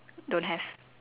don't have